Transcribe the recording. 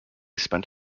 spent